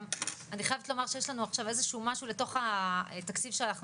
אני גם חייבת לומר שיש לנו עכשיו משהו לתוך התקציב שאנחנו